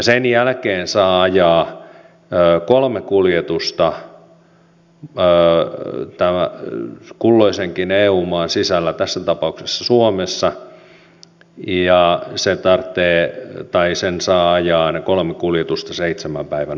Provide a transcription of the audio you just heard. sen jälkeen saa ajaa kolme kuljetusta kulloisenkin eu maan sisällä tässä tapauksessa suomessa ja ne kiia siltaa teet tai sen saaja on kolme kuljetusta saa ajaa seitsemän päivän aikana